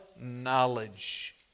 knowledge